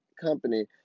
company